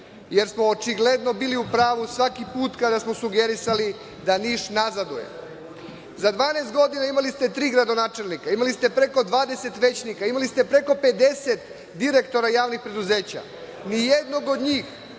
jer smo očigledno bili u pravu svaki put kada smo sugerisali da Niš nazaduje.Za 12 godina imali ste tri gradonačelnika, imali ste preko 20 većnika, imali ste preko 50 direktora javnih preduzeća. Nijednog od njih